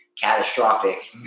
catastrophic